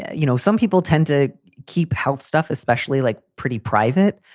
you know, some people tend to keep health stuff, especially like pretty private.